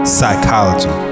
Psychology